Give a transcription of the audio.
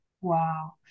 Wow